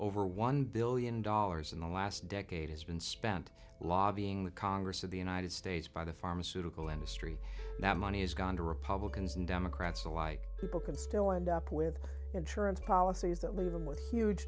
over one billion dollars in the last decade has been spent lobbying the congress of the united states by the pharmaceutical industry that money has gone to republicans and democrats alike people can still end up with insurance policies that leave them with huge